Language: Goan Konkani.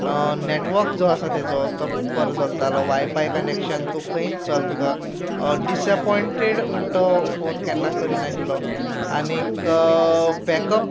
नॅटवर्क जो आसा तेजो तो बरो चलतालो वायफाय कनेक्शन तूं खंय चल तुका डिजपॉयटेड म्हणटा तो फोन केन्ना कर नाशिल्लो आनीक बॅकअप